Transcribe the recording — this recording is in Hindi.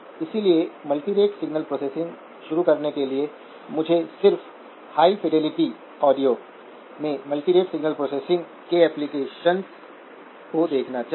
इसलिए मल्टीरेट सिग्नल प्रोसेसिंग शुरू करने के लिए मुझे सिर्फ हाई फिडेलिटी ऑडियो में मल्टीरेट सिग्नल प्रोसेसिंग के ऍप्लिकेशन्स को देखना चाहिए